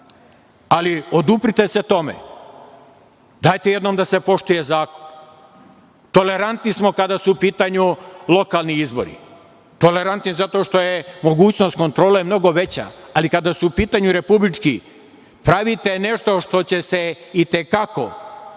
ali oduprite se tome, dajte jednom da se poštuje zakon. Tolerantniji smo kada su u pitanju lokalni izbori zato što je mogućnost kontrole mnogo veća, ali kada su u pitanju republički, pravite nešto što će se i te kako negativno